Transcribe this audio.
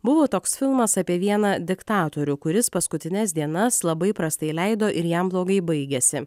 buvo toks filmas apie vieną diktatorių kuris paskutines dienas labai prastai leido ir jam blogai baigėsi